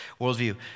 worldview